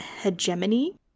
hegemony